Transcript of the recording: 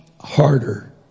harder